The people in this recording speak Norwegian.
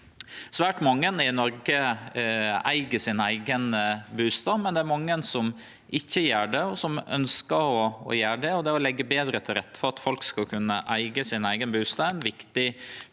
Svært mange i Noreg eig sin eigen bustad, men det er mange som ikkje gjer det, som ønskjer å gjere det. Det å leggje betre til rette for at folk skal kunne eige sin eigen bustad, er ein viktig